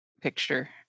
picture